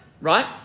right